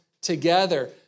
together